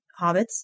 hobbits